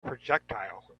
projectile